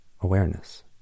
awareness